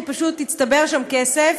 כי פשוט הצטבר שם כסף,